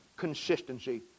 consistency